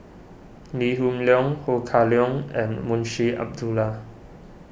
Lee Hoon Leong Ho Kah Leong and Munshi Abdullah